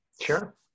Sure